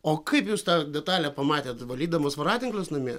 o kaip jūs tą detalę pamatėt valydamas voratinklius namie